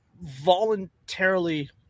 voluntarily